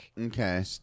Okay